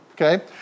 okay